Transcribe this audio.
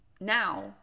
Now